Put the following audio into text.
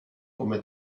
come